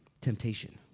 temptation